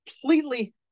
completely